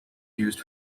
used